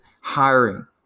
hiring